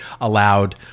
allowed